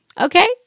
Okay